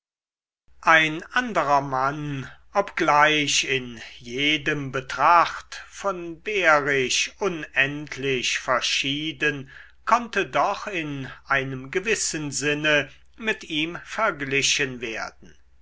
ein anderer mann obgleich in jedem betracht von behrisch unendlich verschieden konnte doch in einem gewissen sinne mit ihm verglichen werden